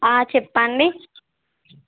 చెప్పండి